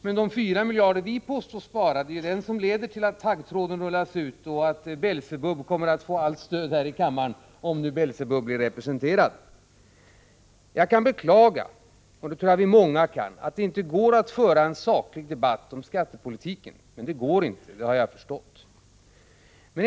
Men de 4 miljarder som vi påstås skola spara, de leder till att taggtråden rullas ut och att Belsebub kommer att få allt stöd här i kammaren — om nu Belsebub blir representerad. Jag kan beklaga — och det tror jag att vi är många som kan göra - att det inte går att föra en saklig debatt om skattepolitiken. Men det går inte. Det har jag förstått.